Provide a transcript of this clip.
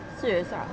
serious ah